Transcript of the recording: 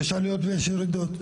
יש עליות ויש ירידות.